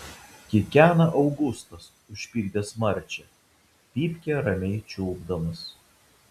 kikena augustas užpykdęs marčią pypkę ramiai čiulpdamas